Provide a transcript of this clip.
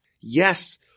Yes